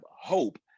hope